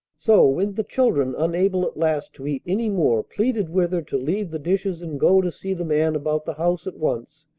so, when the children, unable at last to eat any more, pleaded with her to leave the dishes and go to see the man about the house at once,